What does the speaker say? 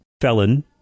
felon